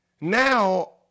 Now